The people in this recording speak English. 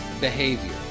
behavior